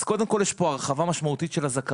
אז קודם כל יש פה הרחבה משמעותית של הזכאות